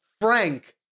frank